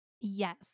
Yes